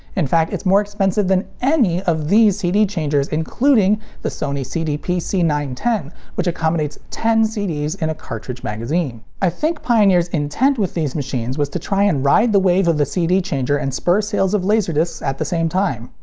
in fact, it's more expensive than any of these cd changers, including the sony cdp c nine one zero which accommodates ten cds in a cartridge magazine. i think pioneer's intent with these machines was to try and ride the wave of the cd changer and spur sales of laserdiscs at the same time.